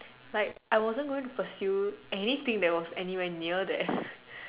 like I wasn't going to pursue anything that was anywhere near there